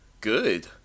good